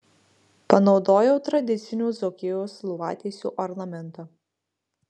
panaudojau tradicinių dzūkijos lovatiesių ornamentą